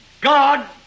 God